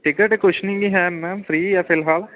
ticket ਕੁਛ ਨਹੀਂ ਵੀ ਹੈ ਮੈਮ ਫ੍ਰੀ ਆ ਫ਼ਿਲਹਾਲ